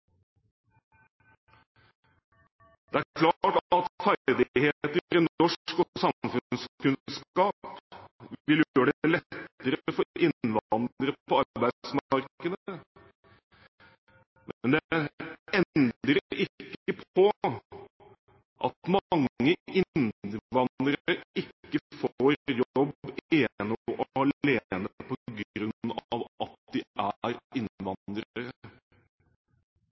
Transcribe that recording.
Det er klart at ferdigheter i norsk og samfunnskunnskap vil gjøre det lettere for innvandrere på arbeidsmarkedet, men det endrer ikke på det at mange innvandrere ikke får jobb ene og alene på grunn av at de er innvandrere.